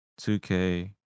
2K